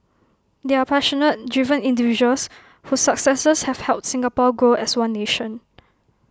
they are passionate driven individuals whose successes have helped Singapore grow as one nation